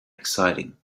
exciting